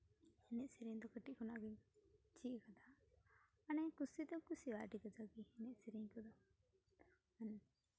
ᱮᱱᱮᱡᱼᱥᱮᱨᱮᱧ ᱫᱚ ᱠᱟᱹᱴᱤᱡ ᱠᱷᱚᱱᱟᱜ ᱜᱮ ᱪᱮᱫ ᱠᱟᱫᱟ ᱢᱟᱱᱮ ᱠᱩᱥᱤ ᱫᱚ ᱠᱩᱥᱤᱣᱟᱜ ᱟᱹᱰᱤ ᱠᱟᱡᱟᱠ ᱜᱮ ᱮᱱᱮᱡ ᱥᱮᱨᱮᱧ ᱠᱚᱫᱚ ᱦᱮᱸ